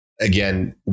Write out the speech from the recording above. again